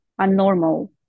unnormal